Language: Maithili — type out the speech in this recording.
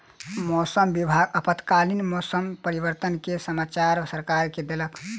मौसम विभाग आपातकालीन मौसम परिवर्तन के समाचार सरकार के देलक